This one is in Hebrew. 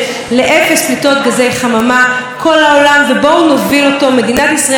מדינת ישראל יכולה להוביל את השינוי הזה פה וברמה עולמית.